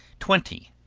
twenty.